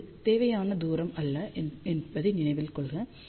இது தேவையான தூரம் அல்ல என்பதை நினைவில் கொள்க